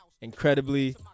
incredibly